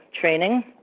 training